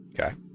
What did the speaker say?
Okay